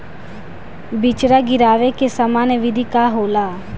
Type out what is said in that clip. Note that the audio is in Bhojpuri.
बिचड़ा गिरावे के सामान्य विधि का होला?